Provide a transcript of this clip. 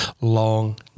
long